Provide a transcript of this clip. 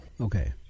okay